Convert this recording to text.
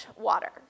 water